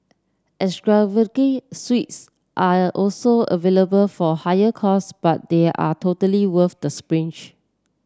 extravagant suites are also available for higher cost but they are totally worth the splurge